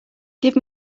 give